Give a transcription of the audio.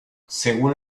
según